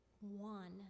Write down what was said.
one